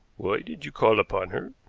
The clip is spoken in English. did you call upon her?